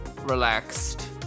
relaxed